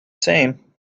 same